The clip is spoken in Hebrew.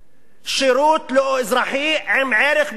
שירות אזרחי עם ערך ביטחוני.